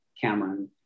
Cameron